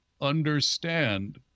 understand